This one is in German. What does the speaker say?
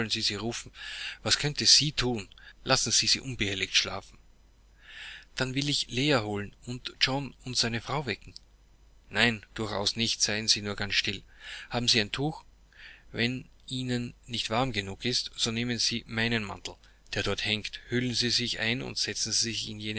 sie rufen was könnte sie thun lassen sie sie unbehelligt schlafen dann will ich leah holen und john und seine frau wecken nein durchaus nicht seien sie nur ganz still haben sie ein tuch wenn ihnen nicht warm genug ist so nehmen sie meinen mantel der dort hängt hüllen sie sich ein und setzen sie sich in